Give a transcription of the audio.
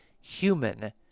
human